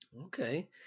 Okay